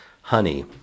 honey